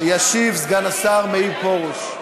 ישיב סגן השר מאיר פרוש.